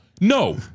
no